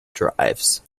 drives